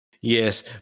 Yes